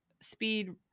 speed